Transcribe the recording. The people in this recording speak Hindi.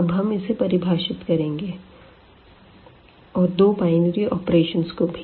अब हम इसे परिभाषित करेंगे और दो बाइनरी ऑपरेशंज़ को भी